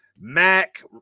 Mac